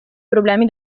problemi